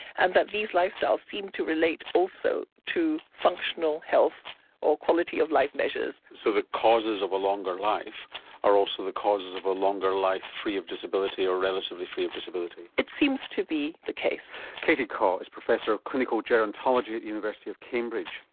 and that these lifestyles seem to relate also to functional health or quality of life measures. so the causes of a longer life are also the causes of a longer life free of disability or relatively free of disability? it seems to be the case. kay-tee khaw is professor of clinical gerontology at the university of cambridge.